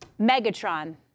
Megatron